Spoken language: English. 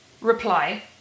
reply